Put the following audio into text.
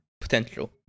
potential